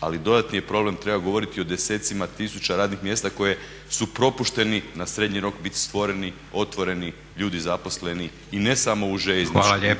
Ali dodatni je problem treba govoriti o desecima tisuća radnih mjesta koje su propušteni na srednji rok biti stvoreni, otvoreni, ljudi zaposleni i ne samo u željezničkom,